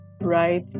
right